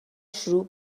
شروع